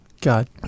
god